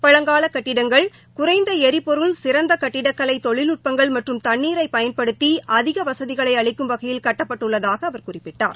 பழங்கால கட்டிடங்கள் குறைந்த எரிபொருள் சிறந்த கட்டிடக் கலை தொழில்நுட்பங்கள் மற்றும் தண்ணீரை பயன்படுத்தி அதிக வசதிகளை அளிக்கும் வகையில் கட்டப்பட்டுள்ளதாக அவர் குறிப்பிட்டார்